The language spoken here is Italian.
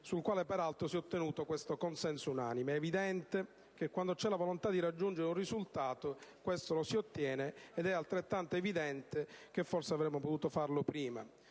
sul quale, peraltro, si è ottenuto il consenso unanime dei Gruppi. È evidente che quando c'è la volontà di raggiungere un risultato, questo lo si ottiene, ed è altrettanto evidente che forse avremmo potuto raggiungerlo prima.